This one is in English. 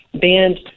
banned